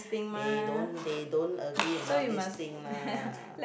they don't they don't agree in all this thing lah